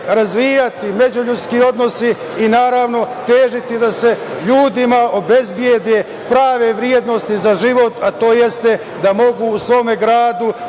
razvijati međuljudski odnosi i naravno težiti da se ljudima obezbede prave vrednosti za život, a to jeste da mogu u svome gradu,